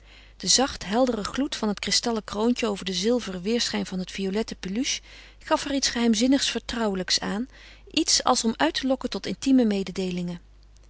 de zacht heldere gloed van het kristallen kroontje over den zilveren weerschijn van het violette peluche gaf er iets geheimzinnigs vertrouwelijks aan iets als om uit te lokken tot intieme mededeelingen